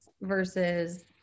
versus